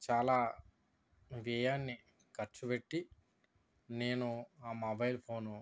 చాలా వ్యయాన్ని ఖర్చుపెట్టి నేను ఆ మొబైల్ ఫోను